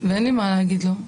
ואין לי מה להגיד לו.